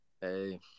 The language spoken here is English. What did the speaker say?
hey